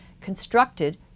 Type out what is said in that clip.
constructed